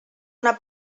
una